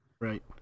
Right